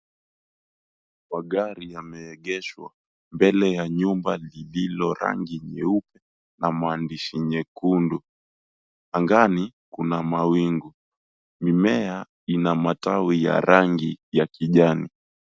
Magari yameegeshwa mbele ya nyumba lililo rangi nyeupe na maandishi nyekundu. Angani kuna mawingu. Mimea ina matawi ya rangi ya kijani.